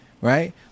right